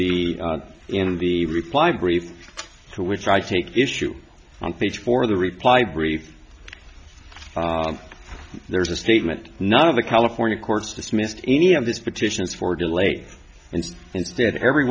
the in the reply brief to which i take issue on page four of the reply brief there's a statement none of the california courts dismissed any of this petition for delay and instead every